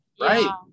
Right